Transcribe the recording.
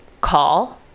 call